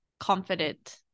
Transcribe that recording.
Confident